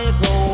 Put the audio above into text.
go